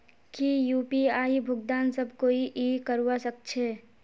की यु.पी.आई भुगतान सब कोई ई करवा सकछै?